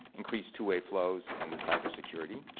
increase two-way flows and the cyber security.